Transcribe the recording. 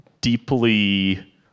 deeply